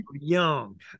young